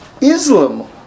Islam